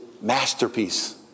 masterpiece